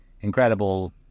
incredible